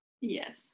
yes